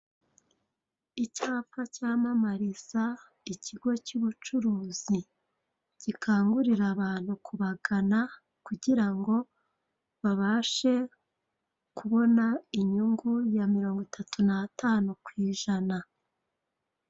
Icyapa cyamamariza ikigo cy'ubucuruzi. Gikangurira abantu kubagana, kugira ngo babashe kubona inyungu ya mirongo itatu n'atanu ku ijana.